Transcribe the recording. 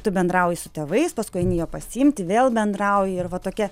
tu bendrauji su tėvais paskui eini jo pasiimti vėl bendrauji ir va tokia